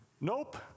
Nope